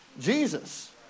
Jesus